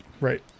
Right